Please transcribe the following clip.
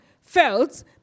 felt